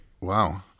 Wow